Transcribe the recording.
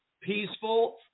peaceful